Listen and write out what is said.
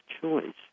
choice